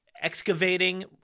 excavating